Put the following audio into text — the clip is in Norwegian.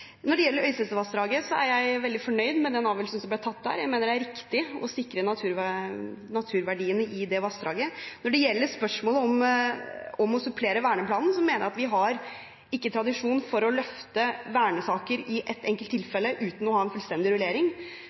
Når det gjelder Øystesevassdraget, er jeg veldig fornøyd med den avgjørelsen som ble tatt der. Jeg mener det er riktig å sikre naturverdiene i det vassdraget. Når det gjelder spørsmålet om å supplere verneplanen, mener jeg at vi ikke har tradisjon for å løfte vernesaker i ett enkelt tilfelle uten å ha en fullstendig